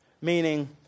meaning